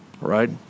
right